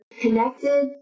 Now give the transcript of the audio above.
connected